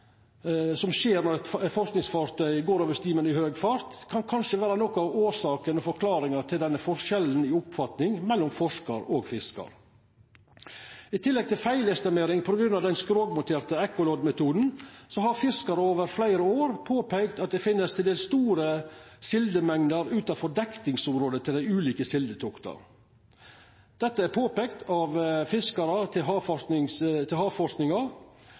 som skjer når eit forskingsfartøy går over stimen i høg fart, kanskje kan vera noko av årsaken og forklaringa til denne forskjellen i oppfatning mellom forskar og fiskar. I tillegg til feilestimering på grunn av den skrogmonterte ekkoloddmetoden har fiskarar over fleire år påpeikt at det finst til dels store sildemengder utanfor dekningsområdet til dei ulike sildetokta. Dette er påpeikt av fiskarar til